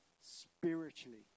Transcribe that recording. spiritually